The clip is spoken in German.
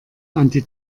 anti